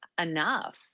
enough